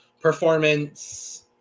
performance